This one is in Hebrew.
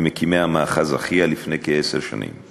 ממקימי המאחז אחיה לפני כעשר שנים.